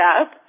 up